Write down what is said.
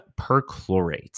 perchlorate